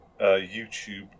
YouTube